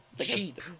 cheap